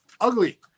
ugly